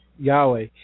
Yahweh